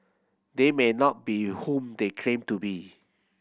they may not be whom they claim to be